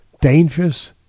dangerous